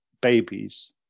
babies